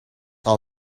are